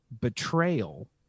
betrayal